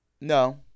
no